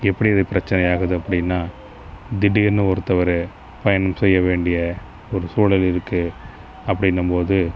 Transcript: எப்படி இது பிரச்சனை ஆகுது அப்படின்னா திடீர்னு ஒருத்தரு பயணம் செய்ய வேண்டிய ஒரு சூழல் இருக்கு அப்படின்னும் போது